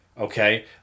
Okay